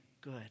good